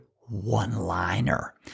one-liner